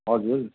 हजुर